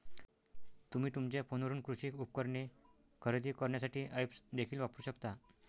तुम्ही तुमच्या फोनवरून कृषी उपकरणे खरेदी करण्यासाठी ऐप्स देखील वापरू शकता